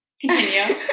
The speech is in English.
Continue